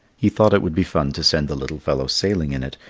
he thought it would be fun to send the little fellow sailing in it,